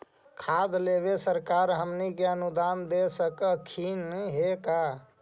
खाद लेबे सरकार हमनी के अनुदान दे सकखिन हे का?